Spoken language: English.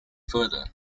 further